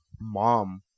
mom